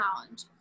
challenge